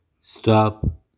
Stop